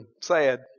Sad